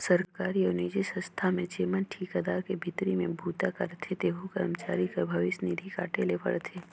सरकारी अउ निजी संस्था में जेमन ठिकादार कर भीतरी में बूता करथे तेहू करमचारी कर भविस निधि काटे ले परथे